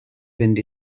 fynd